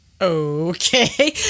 okay